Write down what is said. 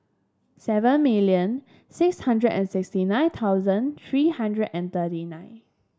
seven million six hundred and sixty nine thousand three hundred and thirty nine